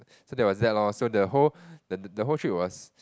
so that was that lor so the whole the the whole trip was